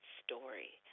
story